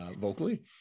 vocally